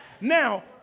Now